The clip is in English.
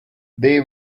they